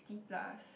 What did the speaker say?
sixty plus